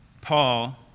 Paul